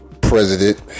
president